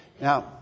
now